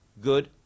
good